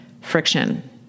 friction